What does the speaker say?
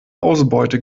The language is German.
ausbeute